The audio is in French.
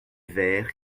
vert